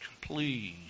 Please